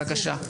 בבקשה.